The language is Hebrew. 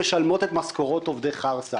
הם משלמים את משכורות עובדי חרסה.